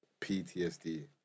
PTSD